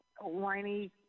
whiny